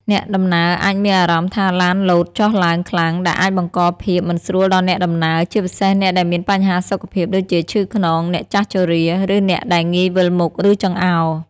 អ្នកដំណើរអាចមានអារម្មណ៍ថាឡានលោតចុះឡើងខ្លាំង ដែលអាចបង្កភាព មិនស្រួលដល់អ្នកដំណើរ ជាពិសេសអ្នកដែលមានបញ្ហាសុខភាពដូចជាឈឺខ្នង អ្នកចាស់ជរា ឬអ្នកដែលងាយវិលមុខ ឬចង្អោរ។